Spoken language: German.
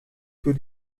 für